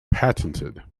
patented